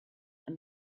and